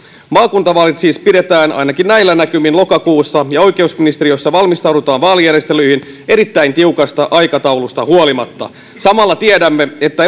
maakuntavaalit siis pidetään ainakin näillä näkymin lokakuussa ja oikeusministeriössä valmistaudutaan vaalijärjestelyihin erittäin tiukasta aikataulusta huolimatta samalla tiedämme että